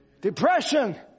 Depression